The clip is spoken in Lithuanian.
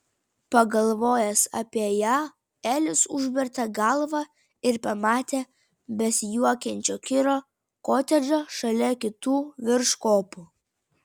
pagalvojęs apie ją elis užvertė galvą ir pamatė besijuokiančio kiro kotedžą šalia kitų virš kopų